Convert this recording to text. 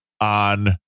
on